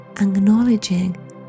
acknowledging